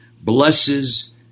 blesses